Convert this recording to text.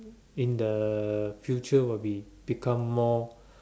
in the future will become more